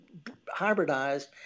hybridized